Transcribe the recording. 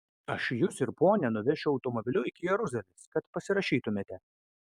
aš jus ir ponią nuvešiu automobiliu iki jeruzalės kad pasirašytumėte